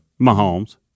Mahomes